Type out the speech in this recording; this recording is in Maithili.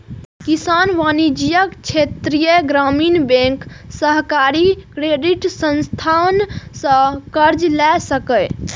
किसान वाणिज्यिक, क्षेत्रीय ग्रामीण बैंक, सहकारी क्रेडिट संस्थान सं कर्ज लए सकैए